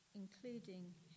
including